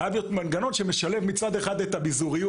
חייב להיות מנגנון שמשלב מצד אחד את הביזוריות,